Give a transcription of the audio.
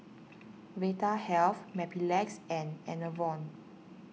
Vitahealth Mepilex and Enervon